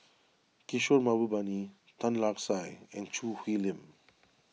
Kishore Mahbubani Tan Lark Sye and Choo Hwee Lim